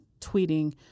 tweeting